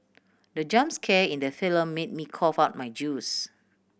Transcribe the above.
the jump scare in the film made me cough out my juice